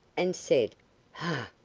and said hah.